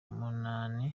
munani